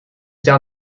down